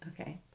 Okay